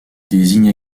désigne